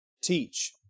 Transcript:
teach